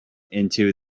into